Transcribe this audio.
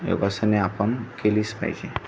योगासने आपण केलीच पाहिजे